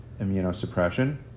immunosuppression